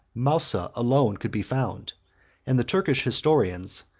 mousa alone could be found and the turkish historians,